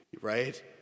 right